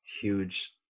huge